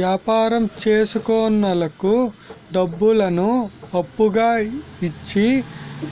యాపారం చేసుకున్నోళ్లకు డబ్బులను అప్పుగా ఇచ్చి